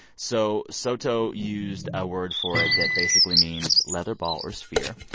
so soto used a word for it that basically means leather ball or sphere.